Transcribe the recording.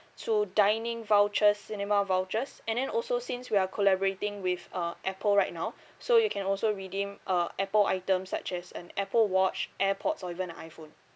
to dining vouchers cinema vouchers and then also since we are collaborating with uh apple right now so you can also redeem uh Apple items such as an Apple watch airpods or even an iPhone